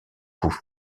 coup